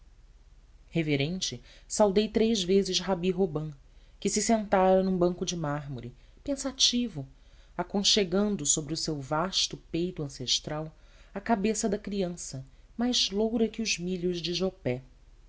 caifás reverente saudei três vezes rabi robã que se sentara num banco de mármore pensativo aconchegando sobre o seu vasto peito ancestral a cabeça da criança mais loura que os milhos de jopé